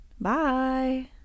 Bye